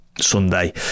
Sunday